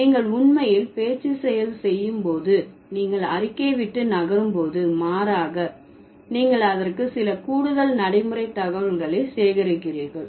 நீங்கள் உண்மையில் பேச்சு செயல் செய்யும் போது நீங்கள் அறிக்கை விட்டு நகரும் போது மாறாக நீங்கள் அதற்கு சில கூடுதல் நடைமுறை தகவல்களை சேர்க்கிறீர்கள்